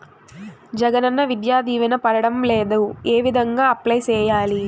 జగనన్న విద్యా దీవెన పడడం లేదు ఏ విధంగా అప్లై సేయాలి